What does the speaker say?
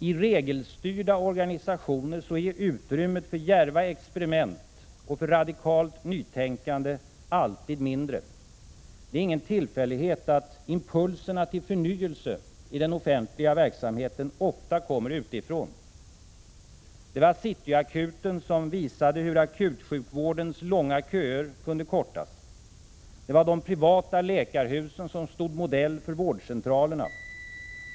I regelstyrda organisationer är utrymmet för djärva experiment, för radikalt nytänkande, alltid mindre. Det är ingen tillfällighet att impulserna till förnyelse i den offentliga verksamheten ofta kommer utifrån. Det var Cityakuten som visade hur akutsjukvårdens långa köer kunde kortas. Det var de privata läkarhusen som stod modell för vårdcentralerna.